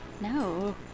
No